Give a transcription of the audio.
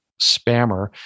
spammer